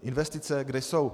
Investice, kde jsou?